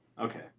Okay